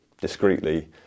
discreetly